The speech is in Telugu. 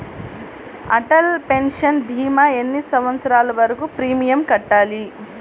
అటల్ పెన్షన్ భీమా ఎన్ని సంవత్సరాలు వరకు ప్రీమియం కట్టాలి?